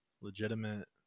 legitimate